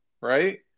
right